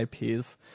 IPs